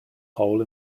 hole